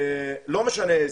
לא משנה איזה,